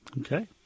okay